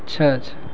اچھا اچھا